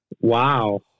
Wow